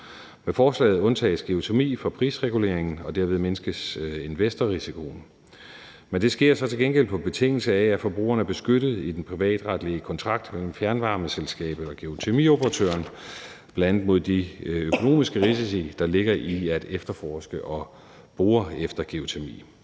Med forslaget undtages geotermi fra prisreguleringen, og derved mindskes investorrisikoen. Men det sker så til gengæld på betingelse af, at forbrugerne er beskyttede i den privatretlige kontrakt mellem fjernvarmeselskabet og geotermioperatøren, bl.a. mod de økonomiske risici, der ligger i at efterforske og bore efter geotermi.